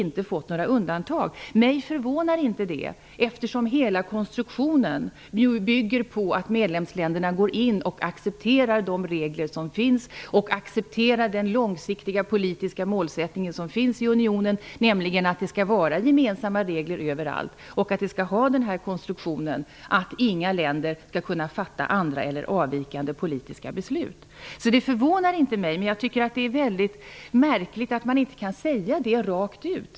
Detta förvånar inte mig, eftersom hela konstruktionen bygger på att medlemsländerna går in och accepterar de regler som finns och accepterar den långsiktiga politiska målsättningen i unionen, nämligen att det skall vara gemensamma regler överallt och att konstruktionen skall vara den att inga länder kan fatta andra eller avvikande politiska beslut. Detta förvånar mig alltså inte, men det är mycket märkligt att man inte kan säga det rakt ut.